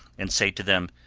and say to them,